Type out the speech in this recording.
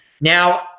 Now